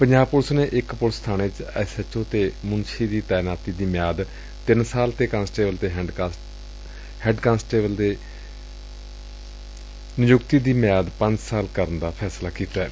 Punjab police ਨੇ ਇਕ police ਬਾਣੇ ਵਿੱਚ ਐਸਐਚਓ ਅਤੇ ਮੁਨਸੀ ਦੀ ਤਾਇਨਾਤੀ ਦੀ ਮਿਆਦ ਤਿੰਨ ਸਾਲ ਅਤੇ ਕਾਂਸਟੇਬਲ ਅਤੇ ਹੈਡ ਕਾਂਸਟੇਬਲ ਦੀ ਮਿਆਦ ਪੰਜ ਸਾਲ ਕਰਨ ਦਾ ਫੈਸਲਾ ਕੀਤੈ